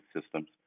systems